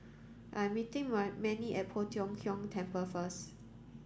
I am meeting Mannie at Poh Tiong Kiong Temple first